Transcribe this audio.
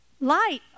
Light